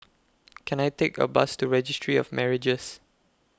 Can I Take A Bus to Registry of Marriages